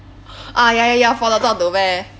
ah ya ya ya for the dog to wear